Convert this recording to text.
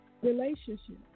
relationship